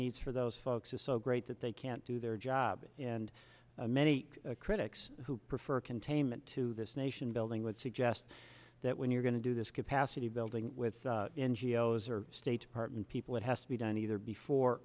needs for those folks are so great that they can't do their job and many critics who prefer containment to this nation building would suggest that when you're going to do this capacity building with n g o s or state department people it has to be done either before